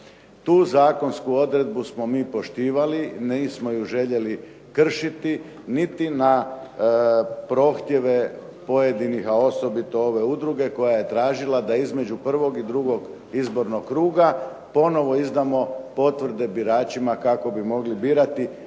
Tu zakonsku odredbu smo mi poštivali, nismo ju željeli kršiti niti na prohtjeve pojedinih, a osobito ove udruge koja je tražila da između prvog i drugog kruga ponovno izdamo potvrde biračima kako bi mogli birati,